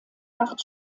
acht